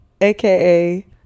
aka